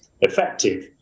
effective